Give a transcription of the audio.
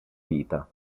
vita